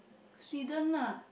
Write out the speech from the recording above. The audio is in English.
Sweden ah